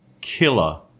killer